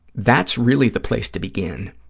that's really the place to begin,